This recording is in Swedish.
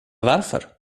varför